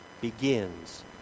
begins